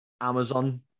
Amazon